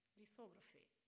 lithography